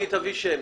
היא תביא שם.